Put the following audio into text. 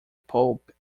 pope